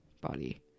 body